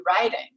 writing